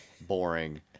boring